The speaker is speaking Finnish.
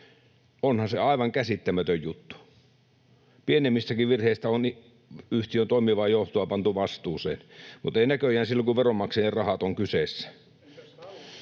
Onhan se aivan käsittämätön juttu. Pienemmistäkin virheistä on yhtiön toimivaa johtoa pantu vastuuseen, mutta ei näköjään silloin, kun veronmaksajien rahat ovat kyseessä.